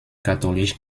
katholisch